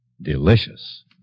delicious